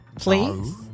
Please